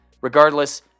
regardless